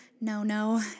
no-no